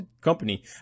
company